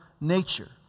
nature